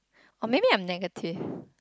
or maybe I'm negative